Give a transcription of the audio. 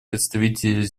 представитель